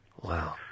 Wow